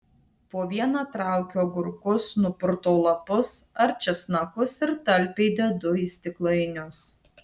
po vieną traukiu agurkus nupurtau lapus ar česnakus ir talpiai dedu į stiklainius